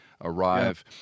arrive